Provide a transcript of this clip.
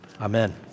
Amen